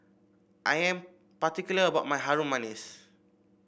I am particular about my Harum Manis